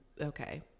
okay